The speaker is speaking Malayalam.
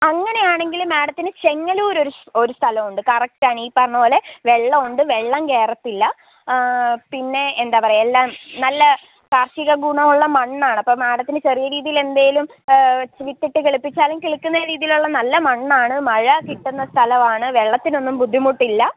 അങ്ങനെയാണെങ്കിൽ മേഡത്തിന് ചെങ്ങന്നൂർ ഒരു ഒരു സ്ഥലമുണ്ട് കറക്റ്റാണ് ഈ പറഞ്ഞത് പോലെ വെള്ളമുണ്ട് വെള്ളം കേറത്തില്ല പിന്നെ എന്താണ് പറയുക എല്ലാം നല്ല കാർഷിക ഗുണമുള്ള മണ്ണാണ് അപ്പോൾ മേഡത്തിന് ചെറിയ രീതിയിൽ എന്തെങ്കിലും വിത്തിട്ട് കിളപ്പിച്ചാലും കിളിർക്കുന്ന രീതിയിലുള്ള നല്ല മണ്ണാണ് മഴ കിട്ടുന്ന സ്ഥലമാണ് വെള്ളത്തിനൊന്നും ബുദ്ധിമുട്ടില്ല